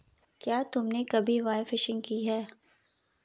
क्या तुमने कभी बोफिशिंग की है?